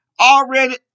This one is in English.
Already